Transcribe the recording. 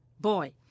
Boy